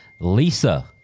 Lisa